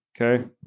Okay